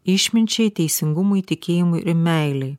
išminčiai teisingumui tikėjimui ir meilei